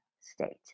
state